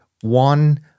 One